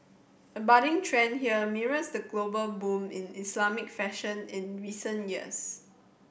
the budding trend here mirrors the global boom in Islamic fashion in recent years